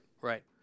Right